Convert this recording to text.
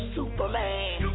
Superman